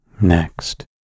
Next